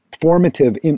formative